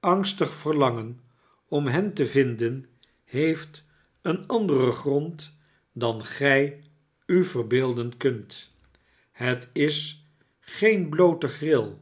angstig verlangen om hen te vindei heeft een anderen grond dan gij u verbeelden kunt het is geene bloote gril